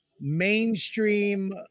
mainstream